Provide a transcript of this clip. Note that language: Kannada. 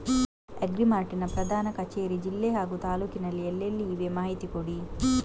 ಅಗ್ರಿ ಮಾರ್ಟ್ ನ ಪ್ರಧಾನ ಕಚೇರಿ ಜಿಲ್ಲೆ ಹಾಗೂ ತಾಲೂಕಿನಲ್ಲಿ ಎಲ್ಲೆಲ್ಲಿ ಇವೆ ಮಾಹಿತಿ ಕೊಡಿ?